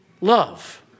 love